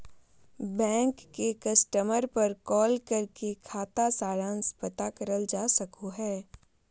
bank के customer पर call करके खाता सारांश पता करल जा सको हय